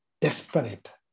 desperate